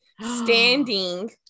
standing